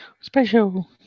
Special